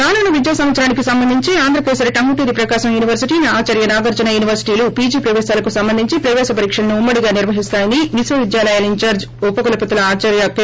రానున్న విద్యా సంవత్సరానికి సంబంధించి ఆంధ్రకేసరి టంగుటూరి ప్రకాశం యూనివర్సిటీ ఆదార్య నాగార్జున యూనివర్సిటీలు పీజీ ప్రవేశాలకు సంబంధించి ప్రవేశ పరీక్షలను ఉమ్మ డిగా నిర్వహిస్తామని విశ్వవిద్యాలయాల ఇన్ఛార్ల్ ఉపకులపతులు ఆచార్య కె